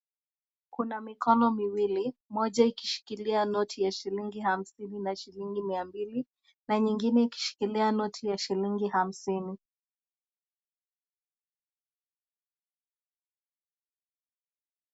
Kuna mikono miwili, moja ikishikilia noti ya shilingi hamsini na shilingi mia mbili na nyingine ikishikilia noti ya shilingi hamsini.